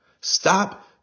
Stop